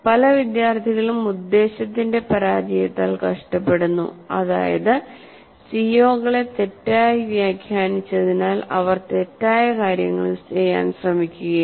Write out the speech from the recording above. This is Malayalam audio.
പല വിദ്യാർത്ഥികളും ഉദ്ദേശ്യത്തിന്റെ പരാജയത്താൽ കഷ്ടപ്പെടുന്നു അതായത് സിഒകളെ തെറ്റായി വ്യാഖ്യാനിച്ചതിനാൽ അവർ തെറ്റായ കാര്യങ്ങൾ ചെയ്യാൻ ശ്രമിക്കുകയാണ്